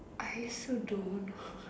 I also don't know